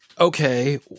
okay